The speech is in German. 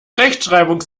rechtschreibung